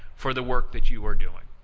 for the work that you are doing.